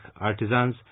artisans